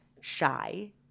shy